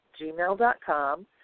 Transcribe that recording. gmail.com